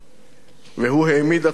והוא העמיד עצמו בשער